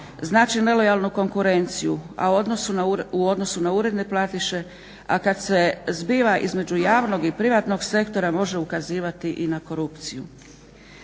znači nelojalnu konkurenciju, a u odnosu na uredne platiše, a kad se zbiva između javnog i privatnog sektora može ukazivati i na korupciju.